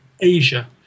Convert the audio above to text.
Asia